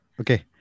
Okay